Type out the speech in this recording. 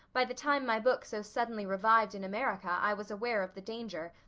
by the time my book so suddenly revived in america i was aware of the danger,